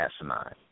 asinine